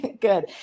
Good